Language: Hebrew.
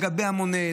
לגבי המונה,